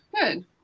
Good